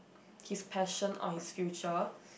his passion or his future